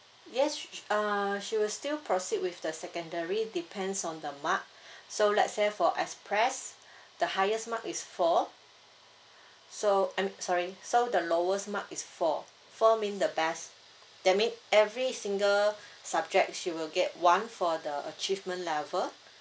yes sh~ uh she will still proceed with the secondary depends on the mark so let's say for express the highest mark is four so um sorry so the lowest mark is four four means the best that mean every single subject she will get one for the achievement level